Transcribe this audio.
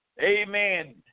amen